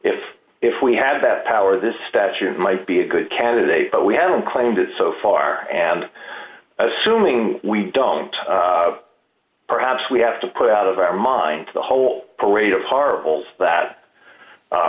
if if we had best power this stature might be a good candidate but we haven't claimed it so far and assuming we don't perhaps we have to put out of our mind the whole parade of horribles that